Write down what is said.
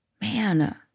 man